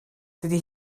dydy